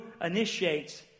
initiates